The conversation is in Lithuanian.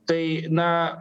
tai na